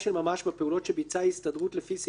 בפעולות שביצעה ההסתדרות לפי סעיף זה,